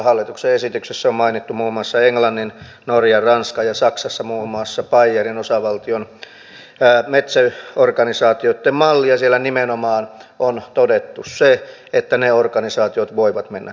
hallituksen esityksessä on mainittu muun muassa englannin norjan ranskan ja saksassa muun muassa baijerin osavaltion metsäorganisaatioitten malli ja siellä nimenomaan on todettu se että ne organisaatiot voivat mennä konkurssiin